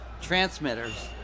transmitters